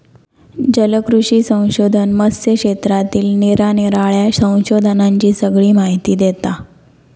जलकृषी संशोधन मत्स्य क्षेत्रातील निरानिराळ्या संशोधनांची सगळी माहिती देता